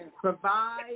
provide